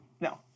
no